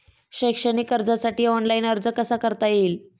शैक्षणिक कर्जासाठी ऑनलाईन अर्ज कसा करता येईल?